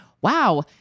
wow